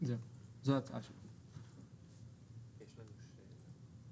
אז מה שקבענו בתיקון של שנה שעברה כשחשבנו על החישוב היומי